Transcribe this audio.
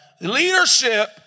Leadership